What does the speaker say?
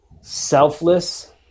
selfless